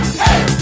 hey